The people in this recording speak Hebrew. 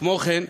כמו כן,